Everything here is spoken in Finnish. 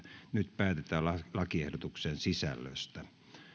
nyt päätetään lakiehdotuksen sisällöstä